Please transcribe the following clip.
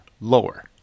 lower